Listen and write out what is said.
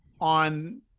on